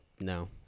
No